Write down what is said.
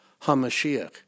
HaMashiach